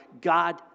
God